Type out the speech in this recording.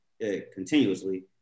continuously